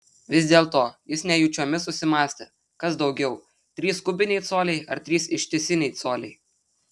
vis dėlto jis nejučiomis susimąstė kas daugiau trys kubiniai coliai ar trys ištisiniai coliai